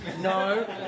No